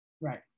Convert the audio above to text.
Right